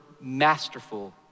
masterful